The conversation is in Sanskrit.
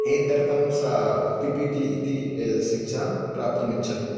एतदर्थं सा पि पि टि इति शिक्षा प्राप्तुमिच्छति